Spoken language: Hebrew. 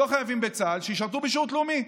לא חייבים בצה"ל, שישרתו בשירות לאומי.